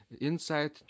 inside